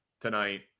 tonight